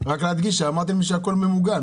רק להדגיש שאמרתם שהכול ממוגן.